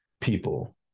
people